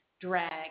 drag